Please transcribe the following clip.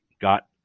got